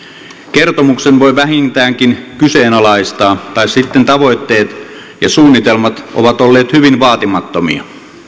kertomuksen voi vähintäänkin kyseenalaistaa tai sitten tavoitteet ja suunnitelmat ovat olleet hyvin vaatimattomia